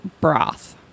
broth